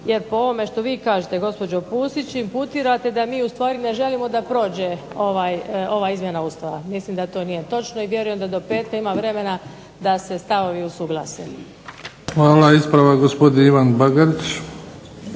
jer po ovome što vi kažete gospođo Pusić imputirate da mi ustvari ne želimo da prođe ova izmjena Ustava. Mislim da to nije točno i vjerujem da do petka ima vremena da se stavovi usuglase. **Bebić, Luka (HDZ)** Hvala. Ispravak, gospodin Ivan Bagarić.